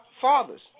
fathers